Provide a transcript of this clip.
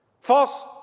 False